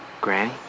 Granny